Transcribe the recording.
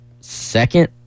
second